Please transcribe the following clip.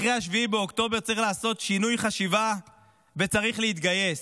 אחרי 7 באוקטובר צריך לעשות שינוי חשיבה וצריך להתגייס.